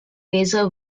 laser